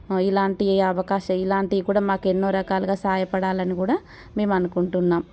ఇలాంటి అవకాశా ఇలాంటియి కూడా మాకెన్నో రకాలుగా సహాయపడాలని కూడా మేము అనుకుంటున్నాం